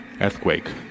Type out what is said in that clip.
earthquake